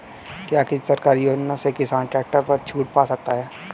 क्या किसी सरकारी योजना से किसान ट्रैक्टर पर छूट पा सकता है?